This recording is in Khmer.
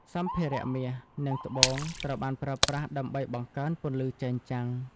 សម្ភារៈមាស និងត្បូងត្រូវបានប្រើប្រាស់ដើម្បីបង្កើនពន្លឺចែងចាំង។